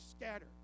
scatter